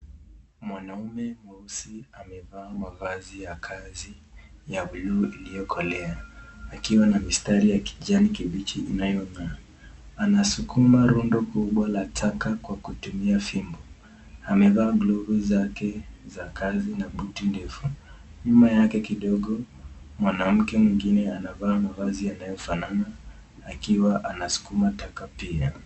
Mwanaume mweusi amevaa mavazi ya kazi ya blue iliyokolea, akiwa na mistari ya kijani kibichi inayong'aa. Anasukuma rundo kubwa la taka kwa kutumia fimbo. Amevaa glovu zake za kazi na buti ndefu. Nyuma yake kidogo, mwanamke mwingine anavaa mavazi yanayofanana, akiwa anasukuma taka pia.